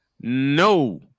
No